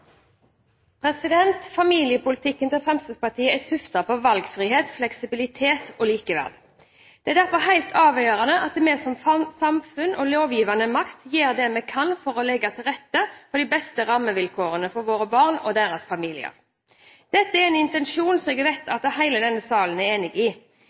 omme. Familiepolitikken til Fremskrittspartiet er tuftet på valgfrihet, fleksibilitet og likeverd. Det er derfor helt avgjørende at vi som samfunn og lovgivende makt gjør det vi kan for å legge til rette for de beste rammevilkårene for våre barn og deres familier. Dette er en intensjon som jeg vet at alle i denne salen er enig i.